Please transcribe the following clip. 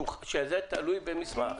שזה תלוי במסמך.